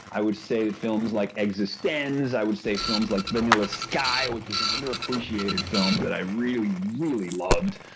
i would say films like existenz. i would say films like vanilla sky which was an under appreciated film that i really, really loved.